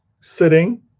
sitting